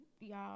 Y'all